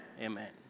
Amen